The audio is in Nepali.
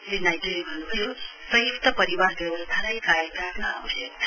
श्री नाइड्ले भन्न् भने संय्क्त परिवार व्यवस्थालाई कायम राख्न आवश्यक छ